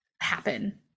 happen